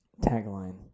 tagline